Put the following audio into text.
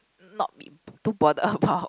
not be too bothered about